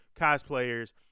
cosplayers